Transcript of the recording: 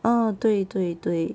ah 对对对